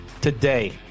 Today